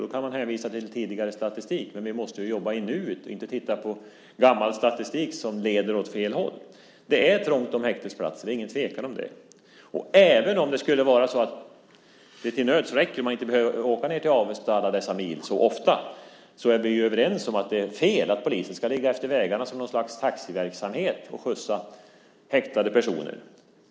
Visst kan man hänvisa till tidigare statistik, men vi måste ju jobba i nuet och inte se på gammal statistik som leder åt fel håll. Det är ont om häktesplatser. Det är inget tvivel om det. Även om de till nöds skulle räcka, så att man inte behöver åka alla milen ned till Avesta så ofta, är vi väl överens om att det är fel att polisen ska bedriva något slags taxiverksamhet och skjutsa häktade personer.